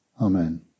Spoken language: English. Amen